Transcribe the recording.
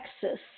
Texas